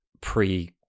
pre